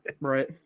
Right